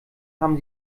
haben